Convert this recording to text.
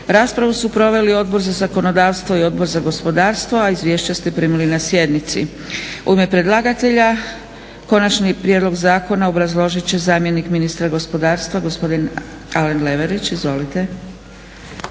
Raspravu su proveli Odbor za zakonodavstvo i Odbor za gospodarstvo, a izvješća ste primili na sjednici. U ime predlagatelja konačni prijedlog zakona obrazložit će zamjenik ministra gospodarstva, gospodin Alen Leverić. Izvolite.